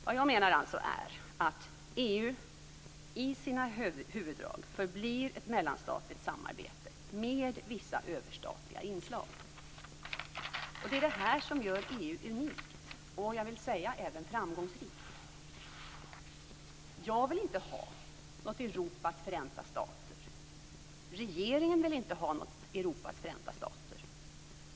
Vad jag menar är att EU i sina huvuddrag förblir ett mellanstatligt samarbete med vissa överstatliga inslag. Det är det här som gör EU unikt, och jag vill säga även framgångsrikt. Jag vill inte ha något Europas förenta stater. Regeringen vill inte ha något Europas förenta stater.